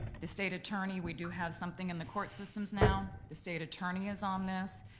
the state attorney, we do have something in the court systems now, the state attorney is on this.